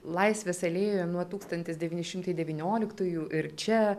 laisvės alėjoje nuo tūkstantis devyni šimtai devynioliktųjų ir čia